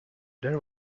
there